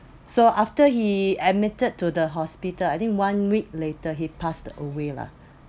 so after he admitted to the hospital I think one week later he passed away lah